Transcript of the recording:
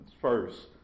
First